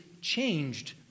changed